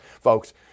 Folks